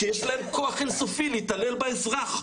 כי יש להם כוח אין-סופי להתעלל באזרח.